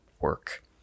work